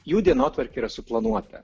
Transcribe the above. jų dienotvarkė yra suplanuota